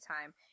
time